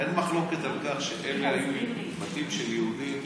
אין מחלוקת על כך שאלה היו בתים של יהודים.